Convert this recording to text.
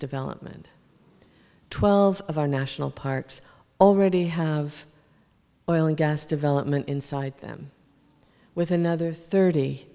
development twelve of our national parks already have oil and gas development inside them with another thirty